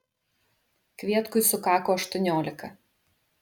kvietkui sukako aštuoniolika